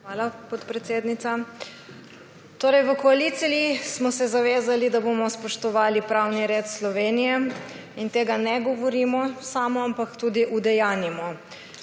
Hvala, podpredsednica. V koaliciji smo se zavezali, da bomo spoštovali pravni red Slovenije in tega samo ne govorimo, ampak tudi udejanjimo.